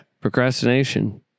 Procrastination